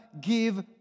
give